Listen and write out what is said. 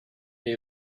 they